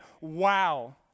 wow